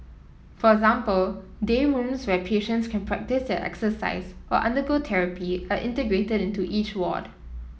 for example day rooms where patients can practise their exercise or undergo therapy are integrated into each ward